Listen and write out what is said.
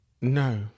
No